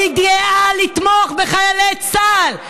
אני גאה לתמוך בחיילי צה"ל.